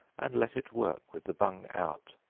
and let it work with the bung out,